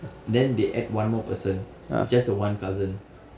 then they add one more person just the one cousin